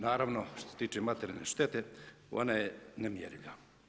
Naravno, što se tiče materijalne štete, ona je nemjerljiva.